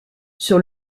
sur